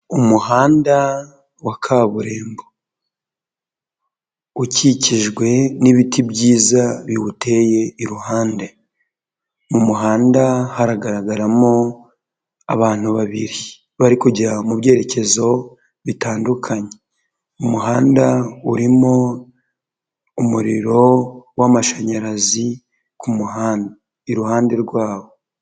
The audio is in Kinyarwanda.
Umuhanda wa kaburimbo ukikijwe n'ibiti byiza biwuteye iruhande, mu muhanda haragaragaramo abantu babiri bari kugera mu byerekezo bitandukanye. Umuhanda urimo umuriro w'amashanyarazi ku muhanda iruhande rwabo.